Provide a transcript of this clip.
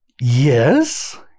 Yes